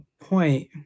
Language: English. point